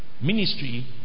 Ministry